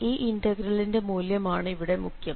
ഈ ഇന്റഗ്രലിന്റെ മൂല്യമാണ് ഇവിടെ മുഖ്യം